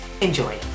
Enjoy